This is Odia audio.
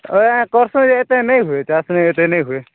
ଓଏ କର୍ସୁଁ ଏତେ ନାଇଁ ହୁଏ ଚାଷ୍ ମେ ଏତେ ନାଇଁ ହୁଏ